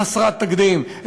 חסרת תקדים,